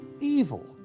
evil